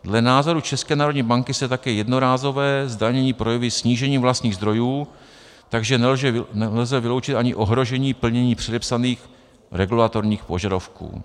Dle názoru České národní banky se také jednorázové zdanění projeví snížením vlastních zdrojů, takže nelze vyloučit ani ohrožení plnění předepsaných regulatorních požadavků.